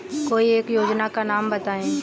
कोई एक योजना का नाम बताएँ?